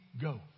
go